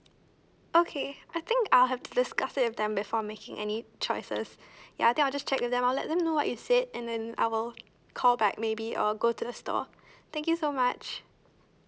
okay I think I'll have to discuss it with them before making any choices ya then I'll just check with them I'll let them know what is it and then I'll call back maybe all go to the store thank you so much